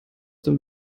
dem